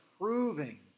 proving